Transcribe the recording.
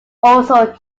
also